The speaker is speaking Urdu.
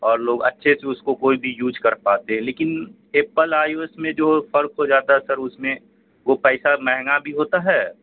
اور لوگ اچھے سے اس کو کوئی بھی یوج کر پاتے ہیں لیکن ایپل آئی او ایس میں جو فرق ہو جاتا ہے سر اس میں وہ پیسہ مہنگا بھی ہوتا ہے